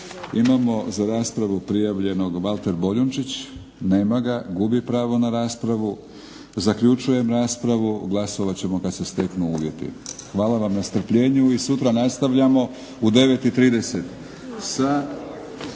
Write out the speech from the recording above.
Imamo za raspravu prijavljenog Valtera Boljunčića. Nema ga, gubi pravo na raspravu. Zaključujem raspravu. Glasovat ćemo kad se steknu uvjeti. Hvala vam na strpljenju i sutra nastavljamo u 9,30